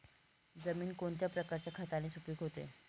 जमीन कोणत्या प्रकारच्या खताने सुपिक होते?